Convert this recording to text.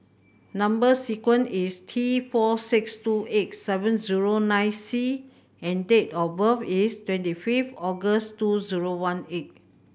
number sequence is T four six two eight seven zero nine C and date of birth is twenty fifth August two zero one eight